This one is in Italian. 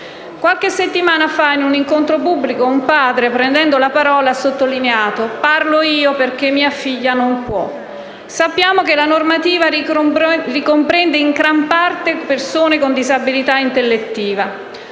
Qualche settimana fa, in un incontro pubblico, un padre, prendendo la parola, ha sottolineato: «parlo io, perché mia figlia non può». Sappiamo che la normativa ricomprende in gran parte persone con disabilità intellettiva,